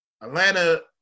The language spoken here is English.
Atlanta